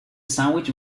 sandwich